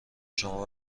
شما